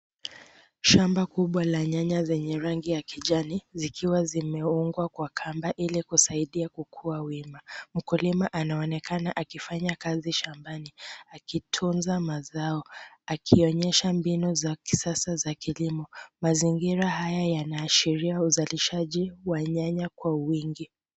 Shamba kubwa la nyanya zenye rangi ya kijani zikiwa zimefungwa kwa kamba ili kusaidia kukua wima. Mkulima anaonekana akifanya kazi shambani akitunza mazao akionyesha mbinu za kisasa za kilimo. Mazingira haya yanaashiria uzalishaji wa nyanya kwa wingi.